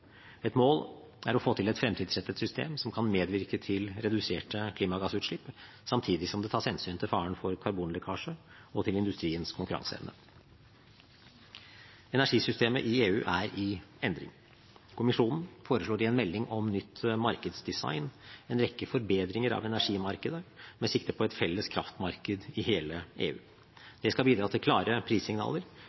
Et mål er å få til et fremtidsrettet system som kan medvirke til reduserte klimagassutslipp, samtidig som det tas hensyn til faren for karbonlekkasje og til industriens konkurranseevne. Energisystemet i EU er i endring. Kommisjonen foreslår i en melding om ny markedsdesign en rekke forbedringer av energimarkedet med sikte på et felles kraftmarked i hele EU. Det skal bidra til klare prissignaler